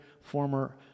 former